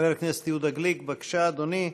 חבר הכנסת יהודה גליק, בבקשה, אדוני.